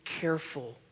careful